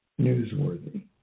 newsworthy